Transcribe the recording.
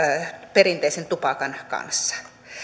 perinteisen tupakan kanssa